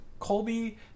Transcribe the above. colby